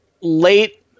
late